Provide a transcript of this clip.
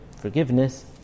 forgiveness